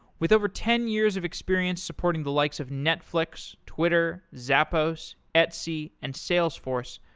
with over ten years of experience supporting the likes of netflix, twitter, zappos, etsy, and salesforce,